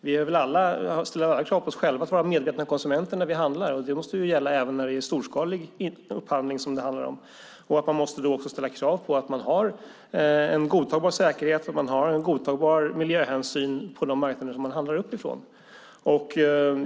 Vi ställer väl alla krav på oss själva att vara medvetna konsumenter när vi handlar, och det måste gälla även när det handlar om storskalig upphandling. Man måste också ställa krav på att man har en godtagbar säkerhet och en godtagbar miljöhänsyn på de marknader man handlar ifrån.